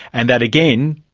and that again,